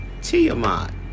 Tiamat